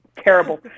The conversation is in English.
terrible